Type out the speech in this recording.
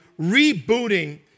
rebooting